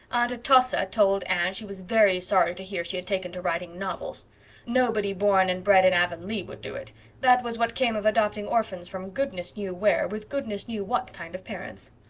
aunt atossa told anne she was very sorry to hear she had taken to writing novels nobody born and bred in avonlea would do it that was what came of adopting orphans from goodness knew where, with goodness knew what kind of parents.